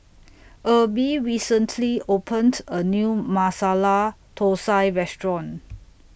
Erby recently opened A New Masala Thosai Restaurant